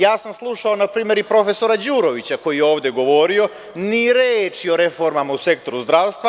Ja sam slušao na primer i profesora Đurovića, koji je ovde govorio, ni reči o reformama u sektoru zdravstva.